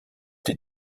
die